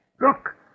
Look